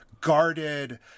guarded